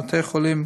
בבתי-החולים,